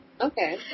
Okay